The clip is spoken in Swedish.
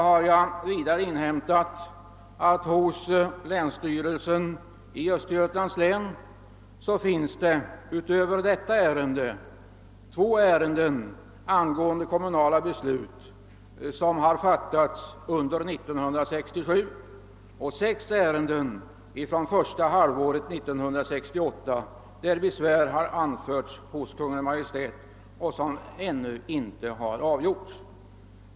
Jag har vidare inhämtat att det hos länsstyrelsen i Östergötlands län finns ytterligare två ärenden rörande kommunala beslut som fattats under 1967 och sex ärenden från första halvåret 1968 där besvär anförts hos Kungl. Maj:t och där ärendena ännu inte har avgjorts.